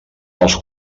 els